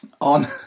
on